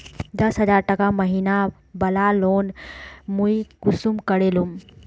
दस हजार टका महीना बला लोन मुई कुंसम करे लूम?